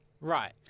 Right